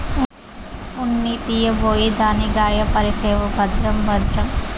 ఉన్ని తీయబోయి దాన్ని గాయపర్సేవు భద్రం భద్రం